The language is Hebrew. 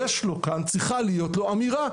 צריכה להיות לו אמירה,